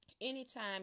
Anytime